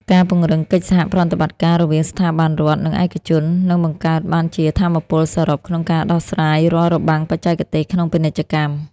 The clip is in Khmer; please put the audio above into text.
ការពង្រឹងកិច្ចសហប្រតិបត្តិការរវាងស្ថាប័នរដ្ឋ និងឯកជន នឹងបង្កើតបានជាថាមពលសរុបក្នុងការដោះស្រាយរាល់របាំងបច្ចេកទេសក្នុងពាណិជ្ជកម្ម។